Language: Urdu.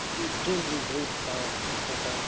جی جی سویٹ ہے اس کے ساتھ